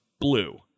blue